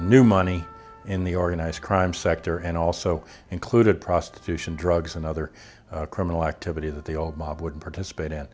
new money in the organized crime sector and also included prostitution drugs and other criminal activity that the old mob would participate in